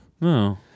no